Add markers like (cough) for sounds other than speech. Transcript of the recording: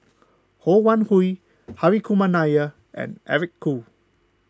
Ho Wan Hui (noise) Hri Kumar Nair and Eric Khoo